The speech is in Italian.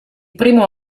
primo